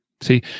See